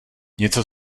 něco